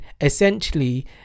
essentially